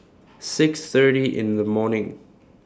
six thirty in The morning